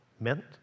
meant